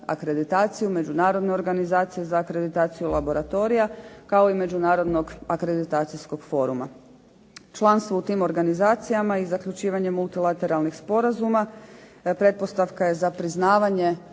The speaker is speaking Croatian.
akreditaciju, Međunarodne organizacije za akreditaciju laboratorija, kao i Međunarodnog akreditacijskog foruma. Članstvo u tim organizacijama i zaključivanje multilateralnih sporazuma pretpostavka je za priznavanje